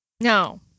No